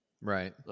Right